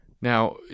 now